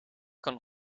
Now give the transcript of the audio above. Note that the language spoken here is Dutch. kan